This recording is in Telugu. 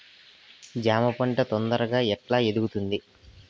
జామ పంట తొందరగా ఎట్లా ఎదుగుతుంది?